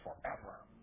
forever